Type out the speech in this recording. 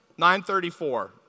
934